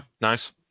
nice